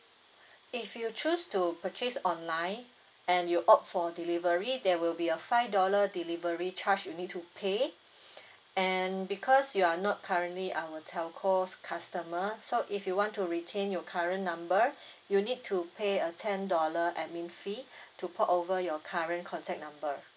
if you choose to purchase online and you opt for delivery there will be a five dollar delivery charge you need to pay and because you're not currently our telco's customer so if you want to retain your current number you need to pay a ten dollar admin fee to port over your current contact number